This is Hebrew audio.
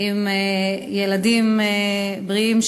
עם ילדים בריאים,